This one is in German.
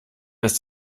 ist